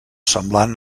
semblant